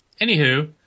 anywho